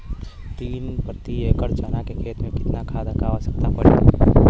तीन प्रति एकड़ चना के खेत मे कितना खाद क आवश्यकता पड़ी?